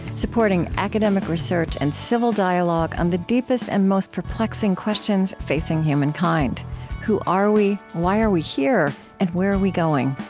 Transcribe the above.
supporting academic research and civil dialogue on the deepest and most perplexing questions facing humankind who are we? why are we here? and where are we going?